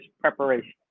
preparation